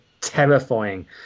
terrifying